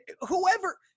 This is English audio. whoever